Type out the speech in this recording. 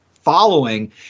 following